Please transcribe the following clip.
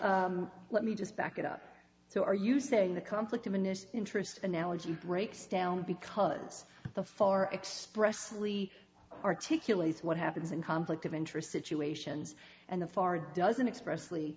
let me just back it up so are you saying the conflict of interest analogy breaks down because the far stressfully articulate what happens in conflict of interest situations and the far doesn't express